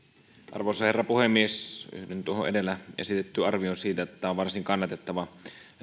arvoisa herra puhemies yhdyn tuohon edellä esitettyyn arvioon siitä että tämä on varsin kannatettava